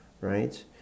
right